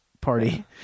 party